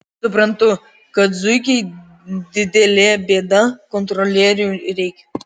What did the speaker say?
suprantu kad zuikiai didelė bėda kontrolierių reikia